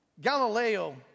Galileo